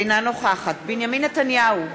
אינה נוכחת בנימין נתניהו,